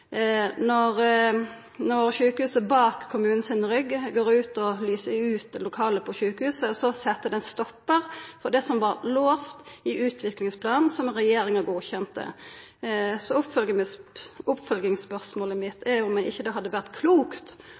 Når sjukehuset bak kommunen sin rygg går ut og lyser ut lokale på sjukehuset, set det ein stoppar for det som var lovt i utviklingsplanen som regjeringa godkjente. Oppfølgingsspørsmålet mitt er om det ikkje hadde vore klokt